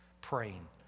praying